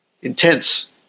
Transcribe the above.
intense